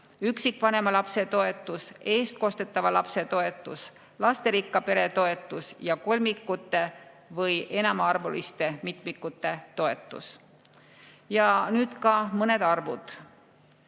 üksikvanema lapse toetus, eestkostetava lapse toetus, lasterikka pere toetus ja kolmikute või enamaarvuliste mitmike toetus. Nüüd ka mõned arvud.